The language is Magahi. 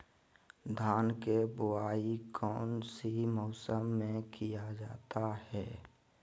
धान के बोआई कौन सी मौसम में किया जाता है?